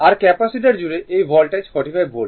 আর capacitor জুড়ে এই voltage 45 volt